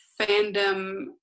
fandom